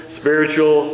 spiritual